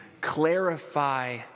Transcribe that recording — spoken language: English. clarify